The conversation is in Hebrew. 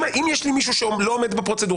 אם יש לי מישהו שלא עומד בפרוצדורה,